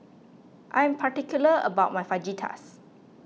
I'm particular about my Fajitas